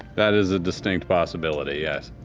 that is a distinct possibility, yes.